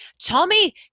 Tommy